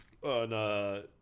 On